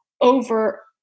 over